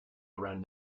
around